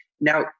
Now